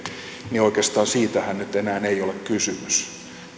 niin oikeastaan siitähän nyt enää ei ole kysymys